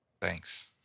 Thanks